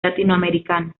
latinoamericano